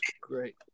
great